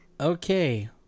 Okay